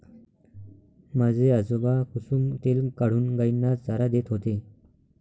माझे आजोबा कुसुम तेल काढून गायींना चारा देत होते